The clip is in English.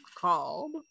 Called